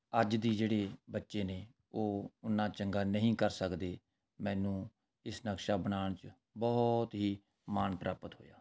ਅੱਜ ਦੇ ਜਿਹੜੇ ਬੱਚੇ ਨੇ ਉਹ ਓਨਾਂ ਚੰਗਾ ਨਹੀਂ ਕਰ ਸਕਦੇ ਮੈਨੂੰ ਇਸ ਨਕਸ਼ਾ ਬਣਾਉਣ ਚ ਬਹੁਤ ਹੀ ਮਾਣ ਪ੍ਰਾਪਤ ਹੋਇਆ